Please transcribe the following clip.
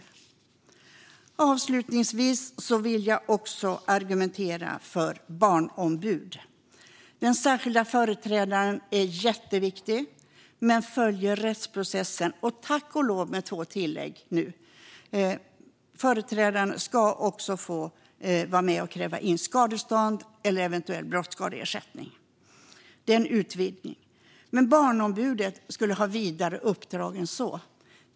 Jag ska också argumentera för barnombud. Den särskilda företrädaren är jätteviktig och följer rättsprocessen, nu tack och lov med två tillägg: Företrädaren ska också få vara med och kräva in skadestånd eller eventuell brottsskadeersättning. Det är en utvidgning. Men barnombud borde ha vidare uppdrag än så.